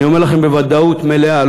אני אומר לכם בוודאות מלאה,